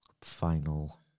Final